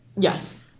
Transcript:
yes.